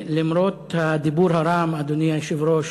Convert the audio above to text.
למרות הדיבור הרם, אדוני היושב-ראש,